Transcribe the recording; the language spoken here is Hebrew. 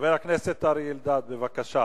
חבר הכנסת אריה אלדד, בבקשה.